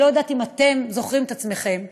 אני לא יודעת אם אתם זוכרים את עצמכם,